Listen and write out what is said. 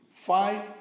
Five